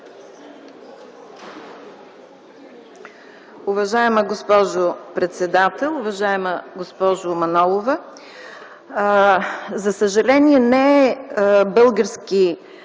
Уважаема госпожо председател, уважаема госпожо Манолова! За съжаление не е българска